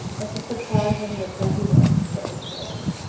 and to supply him with what he wanted for his building.